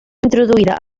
introduïda